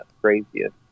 craziest